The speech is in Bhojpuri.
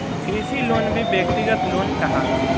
कृषि लोन भी व्यक्तिगत लोन कहाला